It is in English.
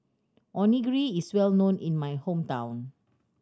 onigiri is well known in my hometown